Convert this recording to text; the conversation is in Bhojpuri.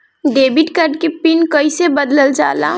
डेबिट कार्ड के पिन कईसे बदलल जाला?